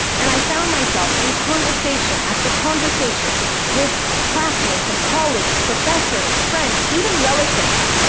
and i found myself in conversation after conversation with classmates and colleagues, professors, friends, even relatives,